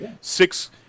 six